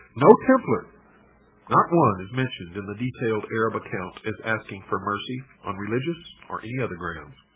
no templar not one is mentioned in the detailed arab account as asking for mercy on religious or other grounds,